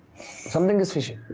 something is fishy.